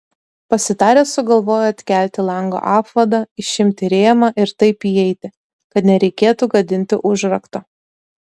pasitarę sugalvojo atkelti lango apvadą išimti rėmą ir taip įeiti kad nereikėtų gadinti užrakto